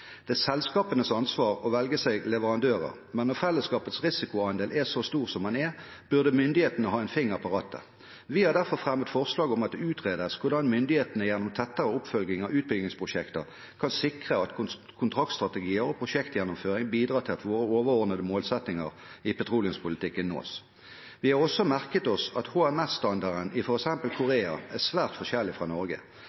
Det er selskapenes ansvar å velge seg leverandører, men når felleskapets risikoandel er så stor som den er, burde myndighetene ha en finger på rattet. Vi har derfor fremmet forslag om at det utredes hvordan myndighetene gjennom tettere oppfølging av utbyggingsprosjekter kan sikre at kontraktstrategier og prosjektgjennomføring bidrar til at våre overordnede målsettinger i petroleumspolitikken nås. Vi har også merket oss at HMS-standarden i